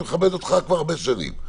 אני מכבד אותך כבר הרבה שנים,